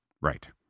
Right